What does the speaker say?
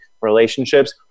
relationships